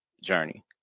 journey